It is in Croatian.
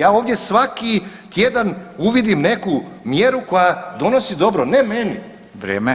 Ja ovdje svaki tjedan uvidim neku mjeru koja donosi dobro ne meni,